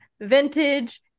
vintage